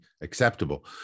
acceptable